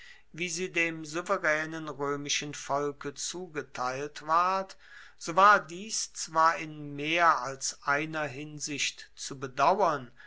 wie sie dem souveraenen roemischen volke zugeteilt ward so war dies zwar in mehr als einer hinsicht zu bedauern